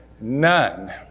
none